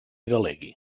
delegui